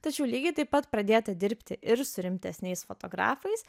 tačiau lygiai taip pat pradėta dirbti ir su rimtesniais fotografais